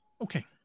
Okay